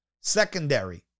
secondary